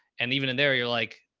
and even in there, you're like,